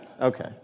okay